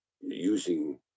using